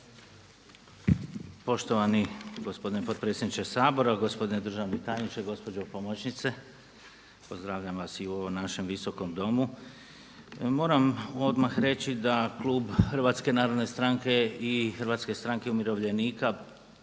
Poštovani gospodine potpredsjedniče Sabora, poštovani gospodine državni tajniče, gospođo pomoćnice, pozdravljam vas i u ovom našem Visokom domu. Moram odmah reći da klub HNS-HSU-a podržava intenciju predlagatelja